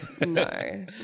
no